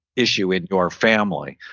issue in your family,